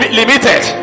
limited